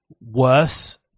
worse